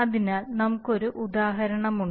അതിനാൽ നമുക്ക് ഒരു ഉദാഹരണമുണ്ട്